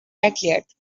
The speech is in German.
erklärt